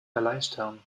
erleichtern